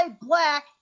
Black